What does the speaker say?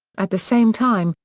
at the same time,